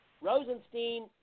Rosenstein –